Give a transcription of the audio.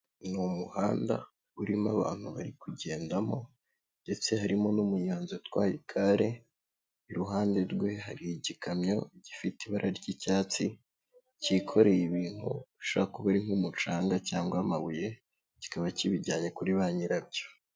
Ni umuhanda urimo abantu bari kugendamo ndetse harimo n'umunyonzi utwaye igare, iruhande rwe hari igikamyo gifite ibara ry'icyatsi, cyikoreye ibintu bishobora kuba ari nk'umucanga cyangwa amabuye, kikaba kibijyanye kuri ba nyirabyo.